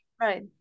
right